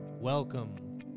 Welcome